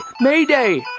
Mayday